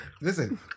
Listen